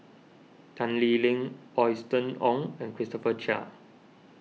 Tan Lee Leng Austen Ong and Christopher Chia